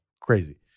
Crazy